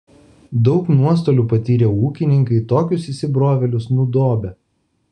daug nuostolių patyrę ūkininkai tokius įsibrovėlius nudobia